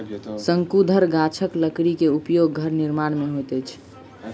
शंकुधर गाछक लकड़ी के उपयोग घर निर्माण में होइत अछि